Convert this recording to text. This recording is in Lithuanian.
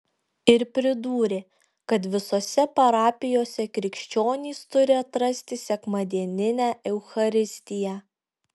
ir pridūrė kad visose parapijose krikščionys turi atrasti sekmadieninę eucharistiją